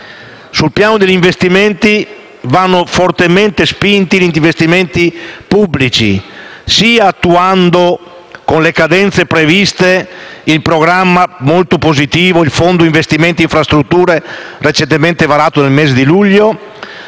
Sul piano degli investimenti, vanno fortemente spinti gli investimenti pubblici, sia attuando con le cadenze previste il programma molto positivo del Fondo investimenti, varato nel mese di luglio;